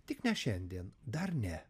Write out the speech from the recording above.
tik ne šiandien dar ne